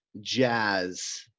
jazz